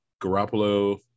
garoppolo